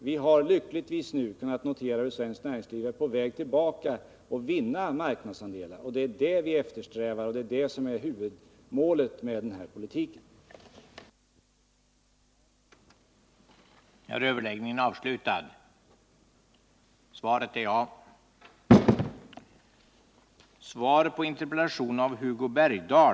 Vi har lyckligtvis nu kunnat konstatera att svenskt näringsliv är på väg att återvinna marknadsandelar. Det är detta vi eftersträvar, och det är detta som är huvudmålet med den politik som förs.